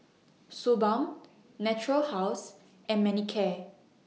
Suu Balm Natura House and Manicare